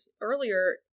earlier